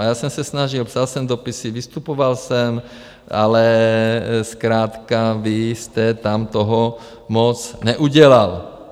A já jsem se snažil, psal jsem dopisy, vystupoval jsem, ale zkrátka vy jste tam toho moc neudělal.